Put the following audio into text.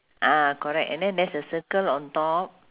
ah correct and then there's a circle on top